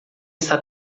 está